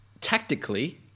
Tactically